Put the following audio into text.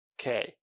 Okay